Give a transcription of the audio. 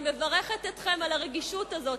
אני מברכת אתכם על הרגישות הזו,